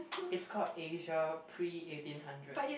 it's called Asia pre eighteen hundreds